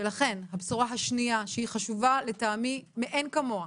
ולכן הבשורה השנייה, שהיא חשובה לטעמי מאין כמוה,